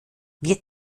wir